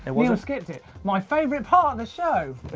and we and skipped it, my favourite part of the show.